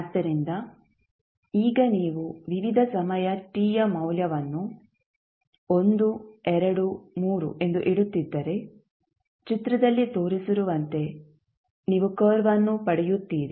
ಆದ್ದರಿಂದ ಈಗ ನೀವು ವಿವಿಧ ಸಮಯ t ಯ ಮೌಲ್ಯವನ್ನು 1 2 3 ಎಂದು ಇಡುತ್ತಿದ್ದರೆ ಚಿತ್ರದಲ್ಲಿ ತೋರಿಸಿರುವಂತೆ ನೀವು ಕರ್ವ್ ಅನ್ನು ಪಡೆಯುತ್ತೀರಿ